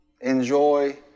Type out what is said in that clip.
Enjoy